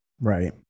Right